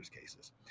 cases